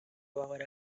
bahora